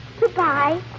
Goodbye